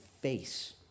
face